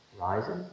Rising